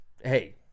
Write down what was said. hey